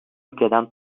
ülkeden